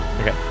Okay